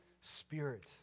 Spirit